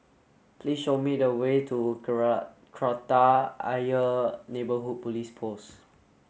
please show me the way to Kreta Ayer Neighbourhood Police Post